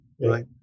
right